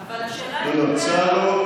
אבל השאלה היא,